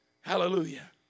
Hallelujah